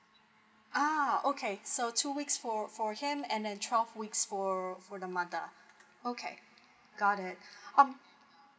ah okay so two weeks for for him and then twelve weeks for for the mother okay got it um